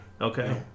Okay